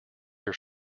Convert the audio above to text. your